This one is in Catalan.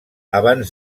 abans